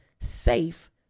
safe